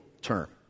term